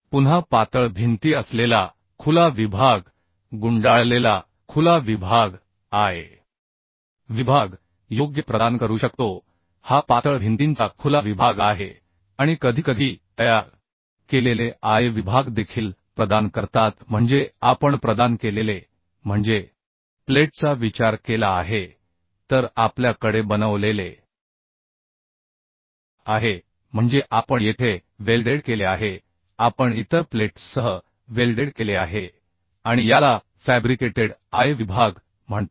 पुन्हा पातळ भिंती असलेला खुला विभाग गुंडाळलेला खुला विभाग I विभाग योग्य प्रदान करू शकतो हा पातळ भिंतींचा खुला विभाग आहे आणि कधीकधी तयार केलेले I विभाग देखील प्रदान करतात म्हणजे आपण प्रदान केलेले म्हणजे प्लेटचा विचार केला आहे तर आपल्या कडे बनवलेले आहे म्हणजे आपण येथे वेल्डेड केले आहे आपण इतर प्लेट्ससह वेल्डेड केले आहे आणि याला फॅब्रिकेटेड I विभाग म्हणतात